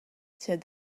said